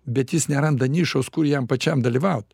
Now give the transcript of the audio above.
bet jis neranda nišos kur jam pačiam dalyvaut